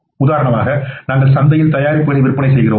உதாரணமாக நாங்கள் சந்தையில் தயாரிப்புகளை விற்பனை செய்கிறோம்